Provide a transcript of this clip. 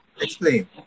Explain